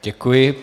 Děkuji.